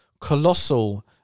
colossal